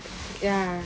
ya